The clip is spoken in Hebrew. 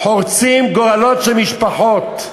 חורצים גורלות של משפחות.